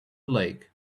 lake